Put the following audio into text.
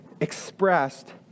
expressed